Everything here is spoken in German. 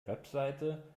website